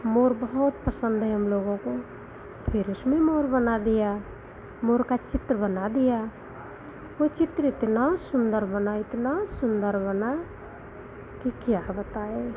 मोर बहुत पसंद है हम लोगों को फिर उसमें मोर बना दिया मोर का चित्र बना दिया वो चित्र इतना सुन्दर बना इतना सुन्दर बना कि क्या बताएँ